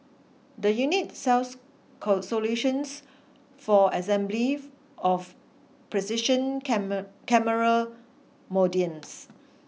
the unit sells solutions for assembly of precision camera modules